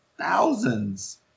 thousands